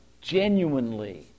genuinely